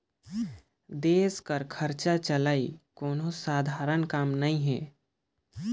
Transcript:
देस कर खरचा चलई कोनो सधारन काम नी हे